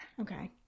okay